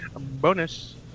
Bonus